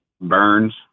burns